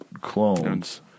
clones